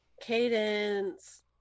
Cadence